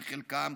בחלקם,